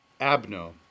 Abno